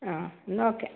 ആ എന്നാൽ ഓക്കെ